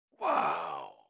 Wow